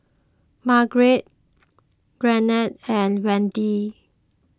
Margrett Garnet and Wende